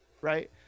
right